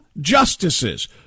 justices